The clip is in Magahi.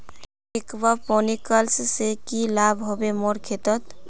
एक्वापोनिक्स से की लाभ ह बे मोर खेतोंत